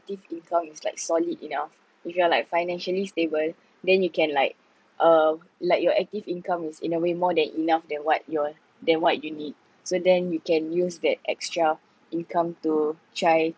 active income is like solid enough if you are like financially stable then you can like uh like your active income is in a way more than enough than what your than what you need so then you can use that extra income to try